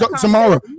tomorrow